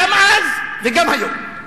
גם אז וגם היום.